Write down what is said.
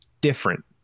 different